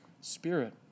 spirit